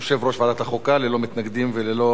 ללא מתנגדים וללא נמנעים.